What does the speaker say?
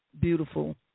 beautiful